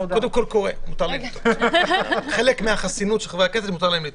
כחלק מהחסינות של חבר הכנסת, מותר להם לטעות...